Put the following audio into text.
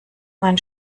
mein